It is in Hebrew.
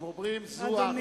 הם אומרים: זו ארץ.